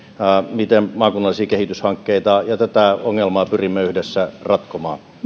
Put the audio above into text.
miten maakunnalliset kehityshankkeet ja ja tätä ongelmaa pyrimme yhdessä ratkomaan